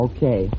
Okay